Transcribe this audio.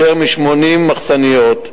יותר מ-80 מחסניות,